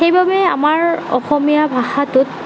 সেইবাবে আমাৰ অসমীয়া ভাষাটোত